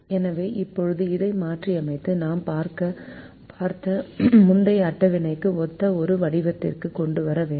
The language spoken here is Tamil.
எனவே இப்போது இதை மாற்றியமைத்து நாம் பார்த்த முந்தைய அட்டவணைக்கு ஒத்த ஒரு வடிவத்திற்கு கொண்டு வர வேண்டும்